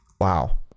Wow